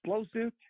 explosive